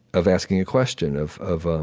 of asking a question, of of ah